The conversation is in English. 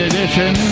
Edition